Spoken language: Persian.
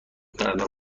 کند